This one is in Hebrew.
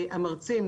המרצים,